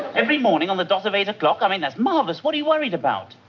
every morning on the dot of eight o'clock i mean, that's marvelous. what are you worried about?